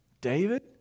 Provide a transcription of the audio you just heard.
David